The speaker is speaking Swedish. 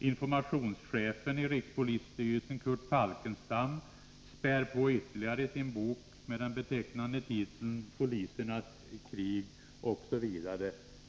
Informationschefen i rikspolisstyrelsen Curt Falkenstam spär på ytterligare i sin bok med den betecknande titeln Polisernas krig, osv.